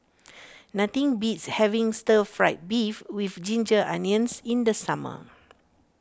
nothing beats having Stir Fried Beef with Ginger Onions in the summer